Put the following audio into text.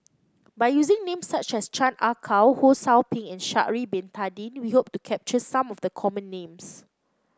by using names such as Chan Ah Kow Ho Sou Ping and Sha'ari Bin Tadin we hope to capture some of the common names